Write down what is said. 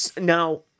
Now